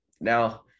Now